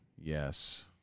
Yes